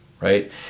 Right